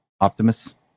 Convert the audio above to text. Optimus